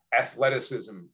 athleticism